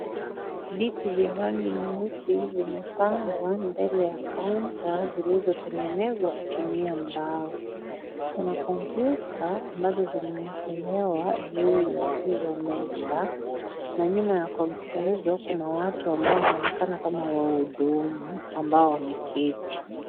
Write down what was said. Viti vya rangi nyeusi vimepangwa mbele ya (cs)counter(cs)zilizotengenezwa kutumia mbao. Wana kompyuta ambazo zimewekeleaa juu ya hizo meza. Na nyuma ya kompyuta hizo kuna watu ambao wanaonekana kama wahudumu ambao wameketi.